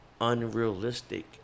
unrealistic